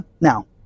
Now